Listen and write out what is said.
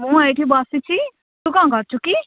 ମୁଁ ଏଇଠି ବସିଛି ତୁ କଣ କରୁଛୁ କି